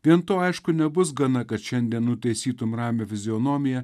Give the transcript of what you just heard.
vien to aišku nebus gana kad šiandien nutaisytum ramią fizionomiją